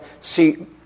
see